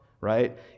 right